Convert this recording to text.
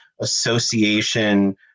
association